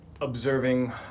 observing